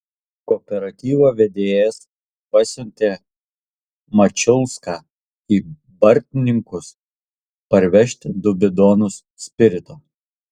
kooperatyvo vedėjas pasiuntė mačiulską į bartninkus parvežti du bidonus spirito